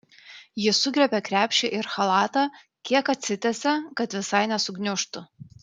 ji sugriebia krepšį ir chalatą kiek atsitiesia kad visai nesugniužtų